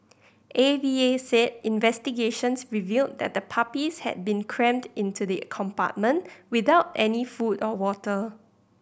A V A said investigations revealed that the puppies had been crammed into the compartment without any food or water